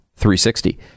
360